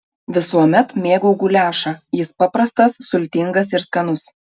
visuomet mėgau guliašą jis paprastas sultingas ir skanus